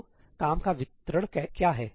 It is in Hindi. तो काम का वितरण क्या है